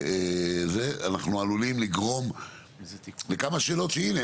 אנחנו עלולים לגרום לכמה שאלות שהנה,